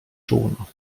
czółno